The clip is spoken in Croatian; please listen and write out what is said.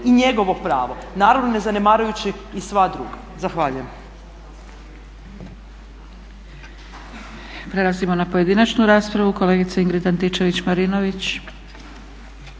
i njegovo pravo. Naravno ne zanemarujući i sva druga. Zahvaljujem.